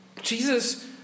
Jesus